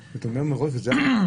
מראש.